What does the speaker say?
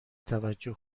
توجه